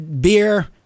Beer